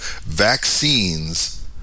vaccines